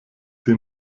sie